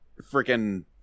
freaking